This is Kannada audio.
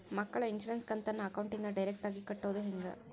ಮಕ್ಕಳ ಇನ್ಸುರೆನ್ಸ್ ಕಂತನ್ನ ಅಕೌಂಟಿಂದ ಡೈರೆಕ್ಟಾಗಿ ಕಟ್ಟೋದು ಹೆಂಗ?